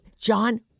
John